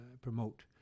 promote